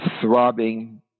throbbing